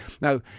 Now